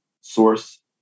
source